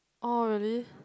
oh really